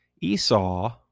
Esau